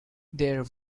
there